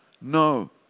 No